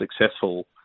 successful